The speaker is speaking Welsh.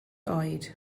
oed